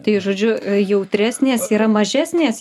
tai žodžiu jautresnės yra mažesnės